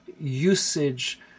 usage